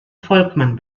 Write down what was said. volkmann